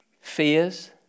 fears